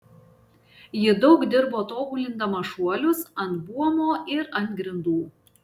ji daug dirbo tobulindama šuolius ant buomo ir ant grindų